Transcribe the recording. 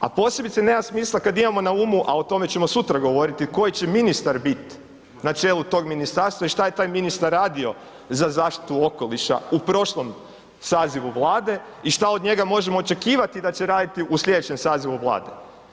A posebice nema smisla, kad imamo na umu, a o tome ćemo sutra govoriti koji će ministar biti na čelu tog ministarstva i što je taj ministar radio za zaštitu okoliša u prošlom sazivu Vlade i što od njega možemo očekivati da će raditi u sljedećem sazivu Vlade.